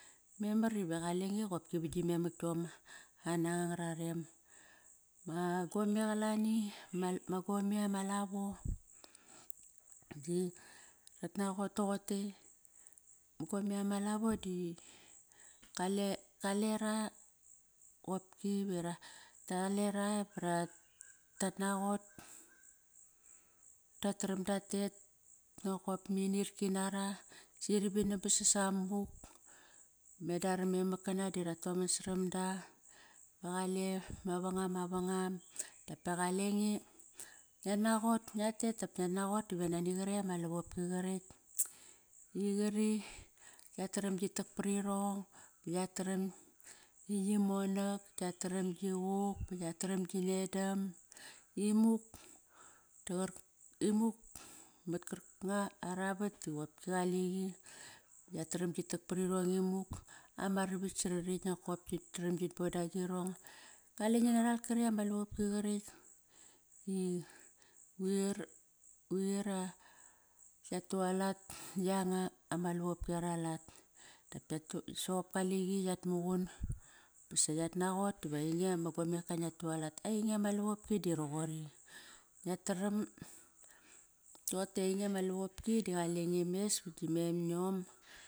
Memar ive qalenge vat qopki gi memakiom ananga ngararem. Ma gome qalani ma gome ama lavo di nguat naqot toqote, ma gome ama lavo di kale, kalera qopki ive ra, kalera barat naqot, dataram tatet nokop ma inirki nara si rivinam basas samuk. Meda ara memak kana di ratoman saram da va qale ma vangam mavangam dapa qalenge ngiat naqot, ngiat tet dap ngiat naqot ive nani qarekt ama lavopki qarekt i qari yataram gi tak parirong yataram gi monak, yataram gi quk, ba yataram gi nedam imuk mat karkanga ara vat qopki qaliqi. Yataram gi tak parirong imuk, ama ravak sa rarakt nokop giat tram git bon dagirong. Qale ngi naral karekt ama lavopki qarekt i quir yatualat na yanga ama lavopki ara lat, soqop kaliqi yat muqun basa yat naqot ive einge ma gomeka ngia tualat. Ainge ma lavopki di roqori, ngiat taram rotei ainge ma lavopki di qalenge mes vat gi memiom.